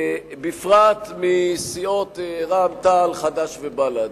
בפרט מסיעות רע"ם-תע"ל, חד"ש ובל"ד.